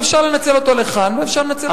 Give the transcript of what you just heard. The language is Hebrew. ואפשר לנצל אותו לכאן ואפשר לנצל אותו לכאן,